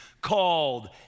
called